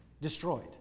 destroyed